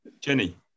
jenny